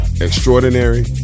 extraordinary